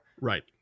Right